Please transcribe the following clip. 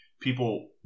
people